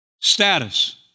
status